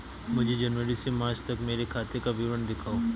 मुझे जनवरी से मार्च तक मेरे खाते का विवरण दिखाओ?